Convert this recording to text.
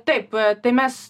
taip tai mes